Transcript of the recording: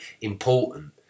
important